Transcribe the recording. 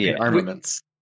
armaments